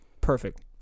perfect